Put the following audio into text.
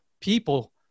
people